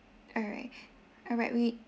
alright alright we